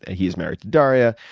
ah he is married to darya.